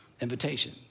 invitation